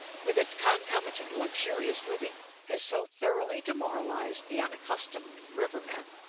with its concomitant luxurious living, has so thoroughly demoralized the unaccustomed river-men,